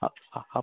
অঁ অঁ অঁ